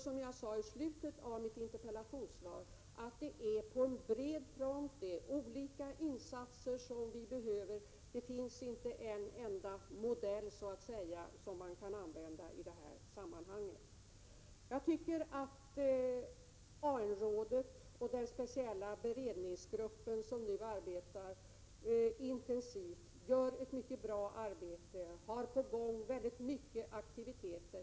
Som jag sade i slutet av mitt interpellationssvar behövs det olika insatser på bred front. Det finns inte bara en enda modell som man kan använda sig av i det här sammanhanget. Jag tycker att AN-rådet och den speciella beredningsgrupp som nu arbetar intensivt gör ett mycket bra arbete. Man har på gång väldigt många aktiviteter.